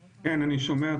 כן, אני שומע.